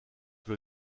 sur